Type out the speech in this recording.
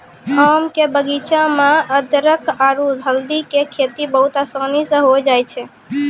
आम के बगीचा मॅ अदरख आरो हल्दी के खेती बहुत आसानी स होय जाय छै